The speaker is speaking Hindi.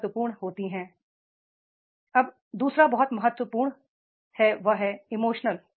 दू सरा बहुत बहुत महत्वपूर्ण है और वह इमोशनल है